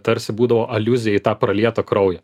tarsi būdavo aliuzija į tą pralietą kraują